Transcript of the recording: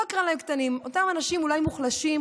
לא אקרא להם "קטנים"; אותם אנשים אולי מוחלשים,